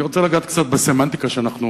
אני רוצה לגעת קצת בסמנטיקה שאנחנו